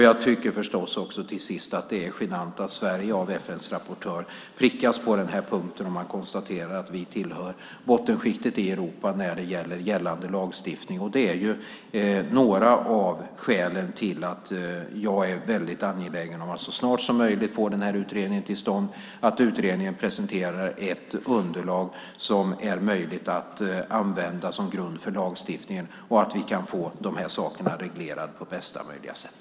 Jag tycker till sist att det är genant att Sverige av FN:s rapportör prickas på den här punkten. Han konstaterar att vi hör till bottenskiktet i Europa när det gäller gällande lagstiftning. Det är några av skälen till att jag är angelägen att så snart som möjligt få utredningen till stånd och att utredningen presenterar ett underlag som är möjligt att använda som grund för lagstiftning så att vi kan få dessa saker reglerade på bästa möjliga sätt.